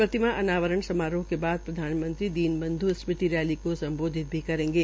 प्रतिमा अनावरण समारोह के बाद प्रधानमंत्री दीनबंध् स्मृति रैली को स्म्बोधित भी करेंगे